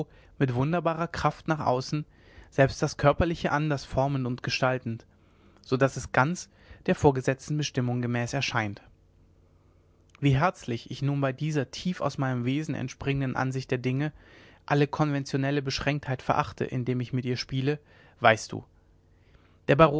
mit wunderbarer kraft nach außen selbst das körperliche anders formend und gestaltend so daß es ganz der vorgesetzten bestimmung gemäß erscheint wie herzlich ich nun bei dieser tief aus meinem wesen entspringenden ansicht der dinge alle konventionelle beschränktheit verachte indem ich mit ihr spiele weißt du der baron